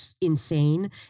insane